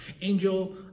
Angel